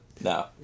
no